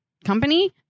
company